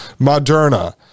moderna